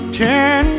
ten